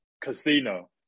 casino